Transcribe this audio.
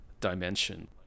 dimension